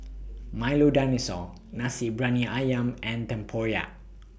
Milo Dinosaur Nasi Briyani Ayam and Tempoyak